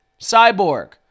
Cyborg